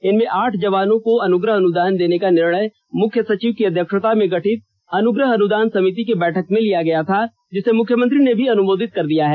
इनमें आठ जवानों को अनुग्रह अनुदान देने का निर्णय मुख्य सचिव की अध्यक्षता में गठित अनुग्रह अनुदान समिति की बैठक में लिया गया था जिसे मुख्यमंत्री ने भी अनुमोदित कर दिया है